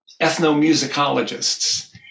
ethnomusicologists